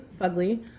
fugly